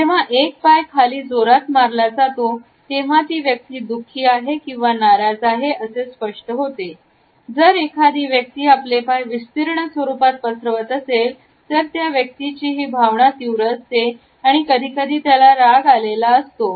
जेवा एक पाय खाली जोरात मारला जातो तेव्हा तो व्यक्ती दुःखी आहे किंवा नाराज आहे असे स्पष्ट होते जर एखादा व्यक्ती आपले पाय विस्तीर्ण स्वरूपात पसरवत असेल तर त्या व्यक्तीचे ही भावना तीव्र असते किंवा कधीकधी त्याला राग आलेला असतो